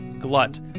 glut